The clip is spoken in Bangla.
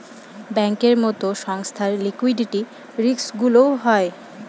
ব্যাঙ্কের মতো সংস্থার লিকুইডিটি রিস্কগুলোও হয়